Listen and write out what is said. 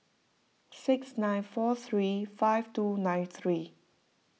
six nine four three five two nine three